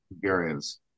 Hungarians